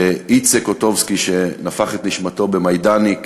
איצה קוטובסקי, שנפח את נשמתו במיידנק,